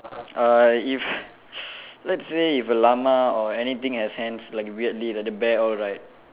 uh if let's say if a llama or anything has hands like weirdly like the bear all right